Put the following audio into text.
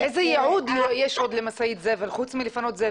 איזה יעוד יש עוד למשאית זבל חוץ מלפנות זבל?